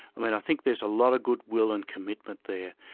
i mean i think there's a lot of goodwill and commitment there,